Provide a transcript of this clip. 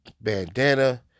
bandana